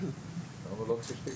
למה לא ציפית?